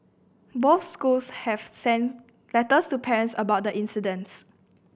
both schools have sent letters to parents about the incidents